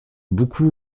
beaucoup